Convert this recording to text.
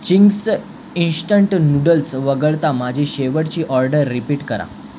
Ching's instant noodles वगळता माझी शेवटची ऑर्डर रिपीट करा